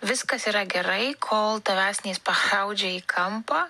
viskas yra gerai kol tavęs neįspaudžia į kampą